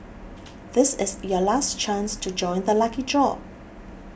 this is your last chance to join the lucky draw